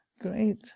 Great